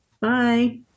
Bye